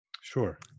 Sure